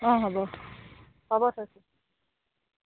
অঁ হ'ব হ'ব থৈছোঁ